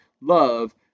Love